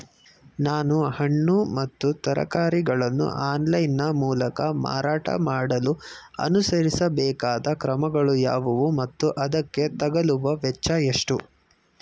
ನಾನು ಹಣ್ಣು ಮತ್ತು ತರಕಾರಿಗಳನ್ನು ಆನ್ಲೈನ ಮೂಲಕ ಮಾರಾಟ ಮಾಡಲು ಅನುಸರಿಸಬೇಕಾದ ಕ್ರಮಗಳು ಯಾವುವು ಮತ್ತು ಅದಕ್ಕೆ ತಗಲುವ ವೆಚ್ಚ ಎಷ್ಟು?